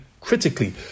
critically